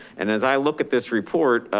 and as i look at this report,